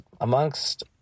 amongst